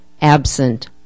Absent